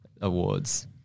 awards